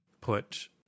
put